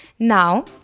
Now